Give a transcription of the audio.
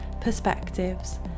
perspectives